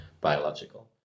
biological